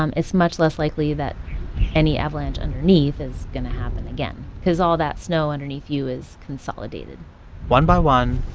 um it's much less likely that any avalanche underneath is going to happen again because all that snow underneath you is consolidated one by one,